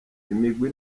imigwi